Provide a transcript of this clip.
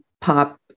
pop